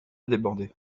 déborder